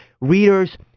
readers